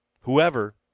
Whoever